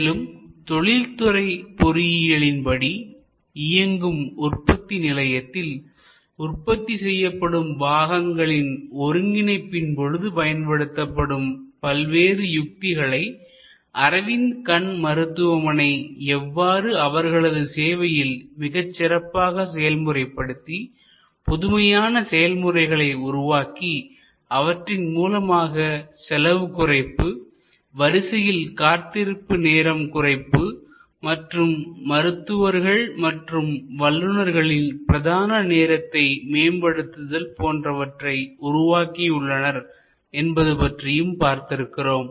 மேலும் தொழில்துறை பொறியியலின்படி இயங்கும் உற்பத்தி நிலையத்தில் உற்பத்தி செய்யப்படும் பாகங்களின் ஒருங்கிணைப்பின் பொழுது பயன்படுத்தப்படும் பல்வேறு யுத்திகளை அரவிந்த் கண் மருத்துவமனை எவ்வாறு அவர்களது சேவையில் மிகச் சிறப்பாக செயல்முறைபடுத்தி புதுமையான செயல் முறைகளை உருவாக்கி அவற்றின் மூலமாக செலவு குறைப்பு வரிசையில் காத்திருப்பு நேரம் குறைப்பு மற்றும் மருத்துவர்கள் மற்றும் வல்லுனர்களின் பிரதான நேரத்தை மேம்படுத்துதல் போன்றவற்றை உருவாக்கியுள்ளனர் என்பது பற்றியும் பார்த்திருக்கிறோம்